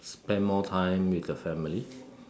spend more time with the family